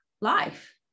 life